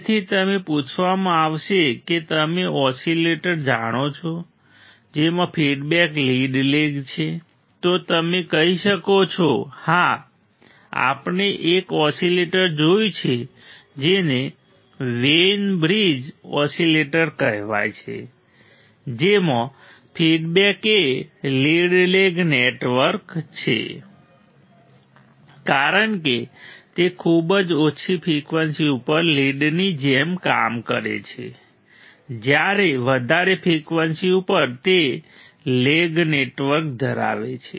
તેથી તમને પૂછવામાં આવશે કે તમે ઓસિલેટર જાણો છો જેમાં ફીડબેક લીડ લેગ છે તો તમે કહી શકો કે હા આપણે એક ઓસિલેટર જોયું છે જેને વેઈન બ્રિજ ઓસિલેટર કહેવાય છે જેમાં ફીડબેક એ લીડ લેગ નેટવર્ક છે કારણ કે તે ખૂબ જ ઓછી ફ્રીક્વન્સીઝ ઉપર લીડની જેમ કામ કરે છે જ્યારે વધારે ફ્રિકવન્સી ઉપર તે લેગ નેટવર્ક ધરાવે છે